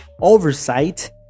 oversight